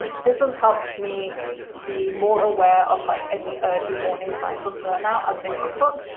ah this has helped me be more aware of like any early warning signs of burnout as they crop up,